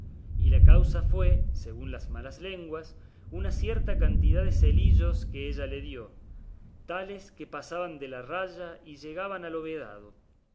y la causa fue según malas lenguas una cierta cantidad de celillos que ella le dio tales que pasaban de la raya y llegaban a